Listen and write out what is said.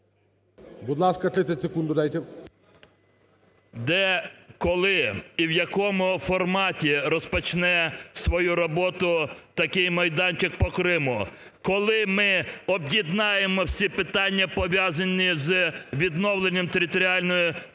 Де, коли і в якому форматі розпочне свою роботу такий майданчик по Криму? Коли ми об'єднаємо всі питання, пов'язані із відновленням територіальної